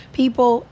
people